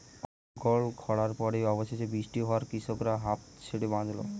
অনর্গল খড়ার পর অবশেষে বৃষ্টি হওয়ায় কৃষকরা হাঁফ ছেড়ে বাঁচল